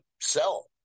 sell